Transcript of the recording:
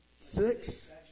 Six